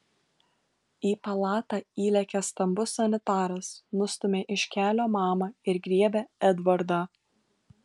į palatą įlekia stambus sanitaras nustumia iš kelio mamą ir griebia edvardą